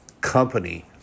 company